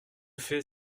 fait